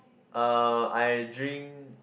uh I drink